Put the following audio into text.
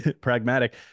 pragmatic